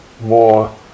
more